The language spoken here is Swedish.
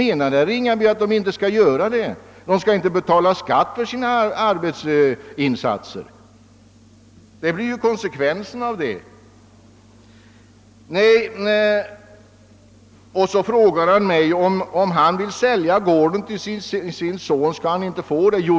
Menar herr Ringaby att de inte skall göra det? Skall de inte betala skatt för sina inkomster? Det blir ju konsekvensen! Herr Ringaby frågade också om han inte får sälja sin gård till sin son om han önskar göra det.